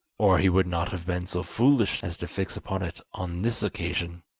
or he would not have been so foolish as to fix upon it on this occasion.